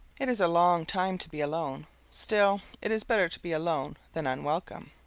it is a long time to be alone still, it is better to be alone than unwelcome.